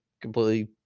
completely